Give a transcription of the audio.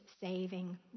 saving